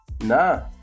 No